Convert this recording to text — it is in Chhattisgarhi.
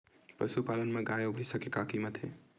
पशुपालन मा गाय अउ भंइसा के का कीमत हे?